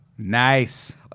Nice